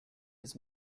his